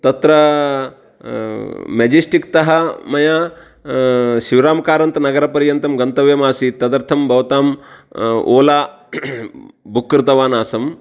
तत्र मेजिस्टिक् तः मया शिवराम् कारन्त्नगरपर्यन्तं गन्तव्यम् आसीत् तदर्थं भवताम् ओला बुक् कृतवान् आसं